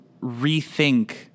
rethink